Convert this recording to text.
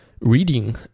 reading